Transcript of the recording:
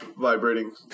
vibrating